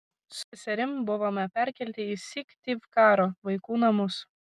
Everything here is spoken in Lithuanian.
su seserim buvome perkelti į syktyvkaro vaikų namus